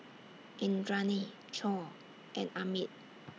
Indranee Choor and Amit